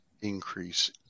increase